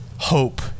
hope